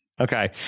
Okay